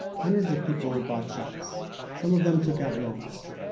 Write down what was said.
hundreds of people bought shops some of them took out loans,